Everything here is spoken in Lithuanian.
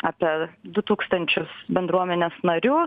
apie du tūkstančius bendruomenės narių